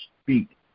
speak